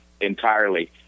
entirely